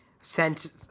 sent